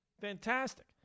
Fantastic